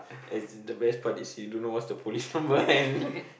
as in the best part is he don't know what's the police number and